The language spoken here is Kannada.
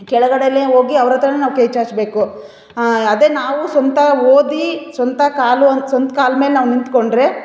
ಕೆಳಗಡೆನೇ ಹೋಗಿ ಅವ್ರ ಹತ್ರನೇ ನಾವು ಕೈ ಚಾಚಬೇಕು ಅದೇ ನಾವು ಸ್ವಂತ ಓದಿ ಸ್ವಂತ ಕಾಲು ಅಂತ ಸ್ವಂತ್ಕಾಲ್ಮೇಲೆ ನಾವು ನಿಂತುಕೊಂಡ್ರೆ